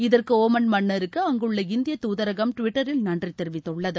இதற்கு ஒமன் மன்னருக்கு அங்குள்ள இந்திய தூதரகம் டுவிட்டரில் நன்றி தெரிவித்துள்ளது